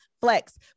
flex